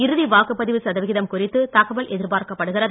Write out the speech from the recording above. இறுதி வாக்குப்பதிவு சதவிகிதம் குறித்து தகவல் எதிர்பார்க்கப்படுகிறது